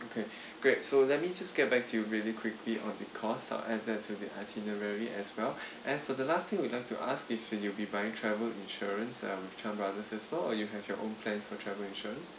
okay great so let me just get back to you really quickly on the costs I'll add that to the itinerary as well and for the last thing we'll want to ask if you'll be buying travel insurance uh with chan brothers as well or you have your own plans for travel insurance